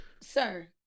sir